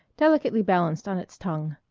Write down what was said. delicately balanced on its tongue.